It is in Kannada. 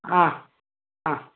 ಹಾಂ ಹಾಂ